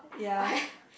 I